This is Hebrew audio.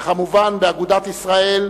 וכמובן באגודת ישראל,